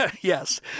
Yes